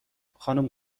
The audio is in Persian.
خانوم